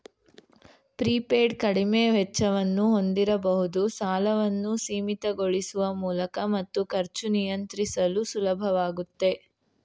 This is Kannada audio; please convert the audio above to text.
ಪ್ರೀಪೇಯ್ಡ್ ಕಡಿಮೆ ವೆಚ್ಚವನ್ನು ಹೊಂದಿರಬಹುದು ಸಾಲವನ್ನು ಸೀಮಿತಗೊಳಿಸುವ ಮೂಲಕ ಮತ್ತು ಖರ್ಚು ನಿಯಂತ್ರಿಸಲು ಸುಲಭವಾಗುತ್ತೆ